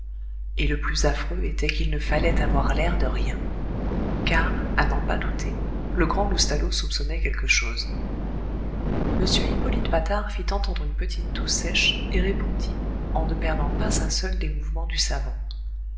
et le plus affreux était qu'il ne fallait avoir l'air de rien car à n'en pas douter le grand loustalot soupçonnait quelque chose m hippolyte patard fit entendre une petite toux sèche et répondit en ne perdant pas un seul des mouvements du savant